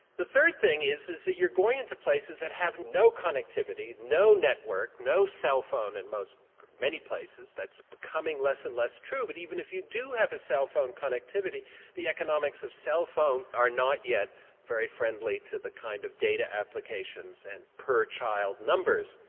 the third thing is is that you're going into places that have no connectivity, no network, no cell phone and in many places, that's becoming less and less true but even if you do have cell phone connectivity the economics of cell phones are not yet very friendly to the kind of data applications and per-child numbers.